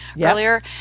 earlier